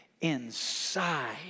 inside